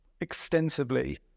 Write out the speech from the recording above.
extensively